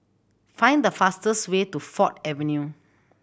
find the fastest way to Ford Avenue